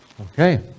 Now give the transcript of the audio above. Okay